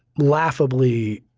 laughably